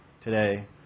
today